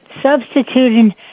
substituting